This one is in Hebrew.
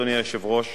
אדוני היושב-ראש,